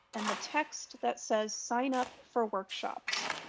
and the text that says sign up for workshops.